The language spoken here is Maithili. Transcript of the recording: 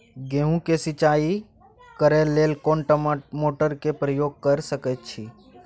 गेहूं के सिंचाई करे लेल कोन मोटर के प्रयोग कैर सकेत छी?